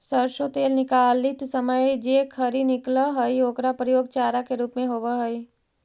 सरसो तेल निकालित समय जे खरी निकलऽ हइ ओकर प्रयोग चारा के रूप में होवऽ हइ